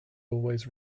always